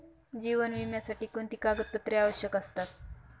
जीवन विम्यासाठी कोणती कागदपत्रे आवश्यक असतात?